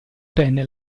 tenne